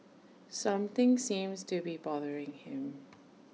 something seems to be bothering him